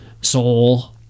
soul